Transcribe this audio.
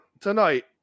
tonight